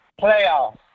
Playoffs